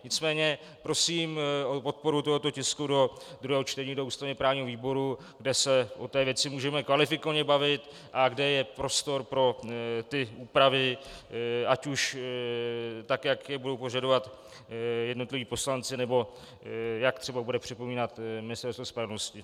Nicméně, prosím o podporu tohoto tisku do druhého čtení do ústavněprávního výboru, kde se o té věci můžeme kvalifikovaně bavit a kde je prostor pro úpravy, ať už tak, jak je budou požadovat jednotliví poslanci, nebo jak třeba bude připomínat Ministerstvo spravedlnosti.